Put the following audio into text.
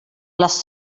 les